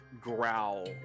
growl